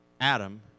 Adam